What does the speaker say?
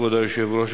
כבוד היושב-ראש,